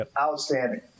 Outstanding